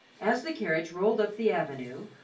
as the carriage rolled up the avenue,